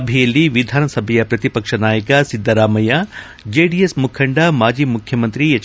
ಸಭೆಯಲ್ಲಿ ವಿಧಾನಸಭೆ ಪ್ರತಿಪಕ್ಷ ನಾಯಕ ಸಿದ್ದರಾಮಯ್ಲಿ ಜೆಡಿಎಸ್ ಮುಖಂಡ ಮಾಜಿ ಮುಖ್ಯಮಂತ್ರಿ ಎಚ್